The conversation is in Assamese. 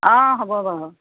অঁ হ'ব বাৰু